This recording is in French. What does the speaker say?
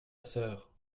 sœur